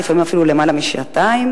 לפעמים אפילו למעלה משעתיים,